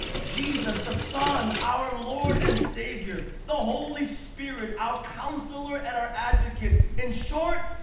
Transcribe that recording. jesus the son, our lord and savior. the holy spirit. our counselor and our advocate. in short,